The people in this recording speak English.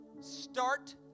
Start